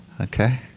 okay